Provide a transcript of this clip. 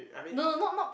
no no not not